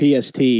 PST